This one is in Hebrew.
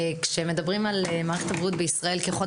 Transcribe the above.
כאשר מדברים על מערכת הבריאות בישראל כחוד